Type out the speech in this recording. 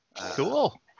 cool